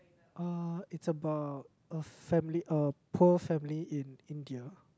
uh it's about a family a poor family in India